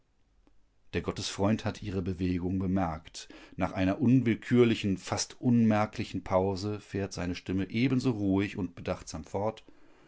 der gottesfreund hat ihre bewegung bemerkt nach einer unwillkürlichen fast unmerklichen pause fährt seine stimme ebenso ruhig und bedachtsam fort